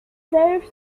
serves